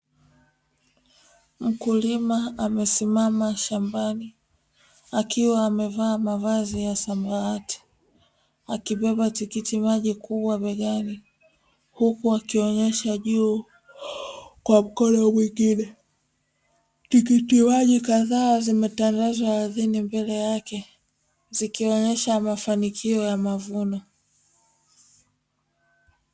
Mkulima amesimama shambani akiwa amevaa mavazi ya samawati akibeba tikiti maji kubwa begani huku akionyesha juu kwa mkono mwingine, tikiti maji kadhaa zimetandazwa ardhini mbele yake zikionyesha mafanikio ya mavuno.